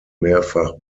mehrfach